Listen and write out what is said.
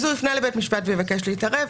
אז הוא יפנה לבית המשפט ויבקש להתערב,